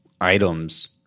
items